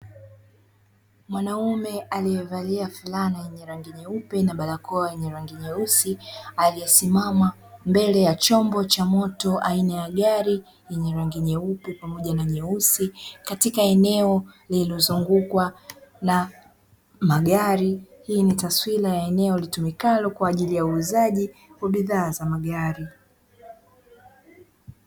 Mwanaume aliyevalia fulana yenye rangi nyeupe na barakoa yenye rangi nyeusi aliyesimama mbele ya chombo cha moto aina ya gari yenye rangi nyeupe pamoja na nyeusi, katika eneo lililozungukwa na magari. Hii ni taswira ya eneo litumikalo kwa ajili ya uuzaji wa bidhaa za magari.